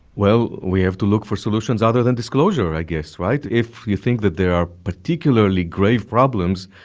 well, we have to look for solutions other than disclosure, i guess, right? if you think that they are particularly grave problems,